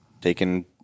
taken